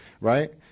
right